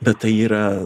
bet tai yra